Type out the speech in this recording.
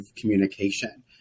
communication